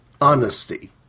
honesty